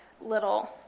little